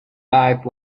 life